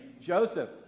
Joseph